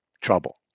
trouble